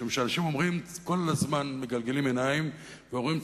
משום שאנשים כל הזמן מגלגלים עיניים ואומרים: